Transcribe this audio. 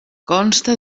consta